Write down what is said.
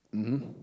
mmhmm